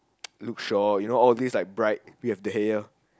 Luke-Shaw you know all these like bright we have De Gea